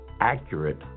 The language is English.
accurate